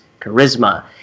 charisma